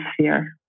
sphere